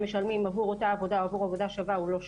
משלמים עבור אותה עבודה או עבור עבודה שווה הוא לא שווה.